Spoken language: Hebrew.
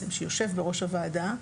שיושב בראש הוועדה,